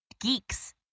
geeks